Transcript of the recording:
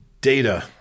data